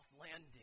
landing